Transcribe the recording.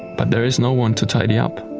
but there is no one to tidy up.